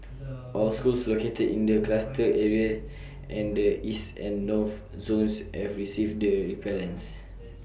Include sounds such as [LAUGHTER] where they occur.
[NOISE] all schools located in the cluster areas and the east and north zones have received the repellents